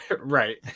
Right